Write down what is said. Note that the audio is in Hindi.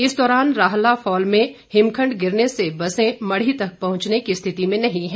इस दौरान राहला फॉल में हिमखण्ड गिरने से बसें मढ़ी तक पहुंचने की स्थिति में नहीं है